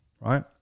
right